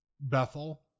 Bethel